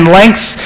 length